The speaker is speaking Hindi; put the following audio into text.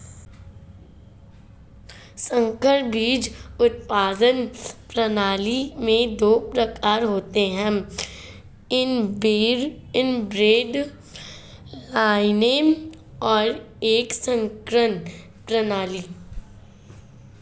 संकर बीज उत्पादन प्रणाली में दो प्रकार होते है इनब्रेड लाइनें और एक संकरण प्रणाली